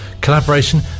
collaboration